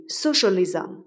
socialism